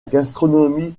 gastronomie